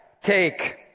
take